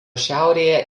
šiaurėje